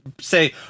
say